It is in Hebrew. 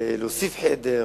להוסיף חדר,